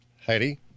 Heidi